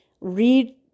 Read